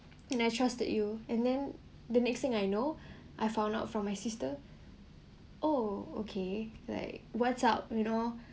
and I trusted you and then the next thing I know I found out from my sister oh okay like what's up you know